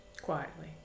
Quietly